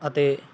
ਅਤੇ